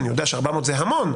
אני יודע ש-400 זה המון,